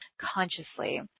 consciously